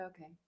Okay